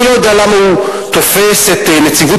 אני לא יודע למה הוא תופס את נציבות